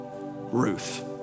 Ruth